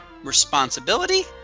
responsibility